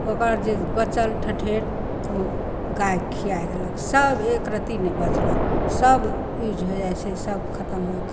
ओकर जे बचल ठठेर ओ गाइके खिए देलक सब एक रत्ती नहि बचलऽ सब यूज हो जाइ छै सब खतम हो